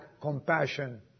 compassion